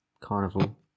carnival